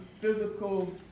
physical